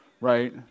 right